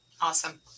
Awesome